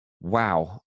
wow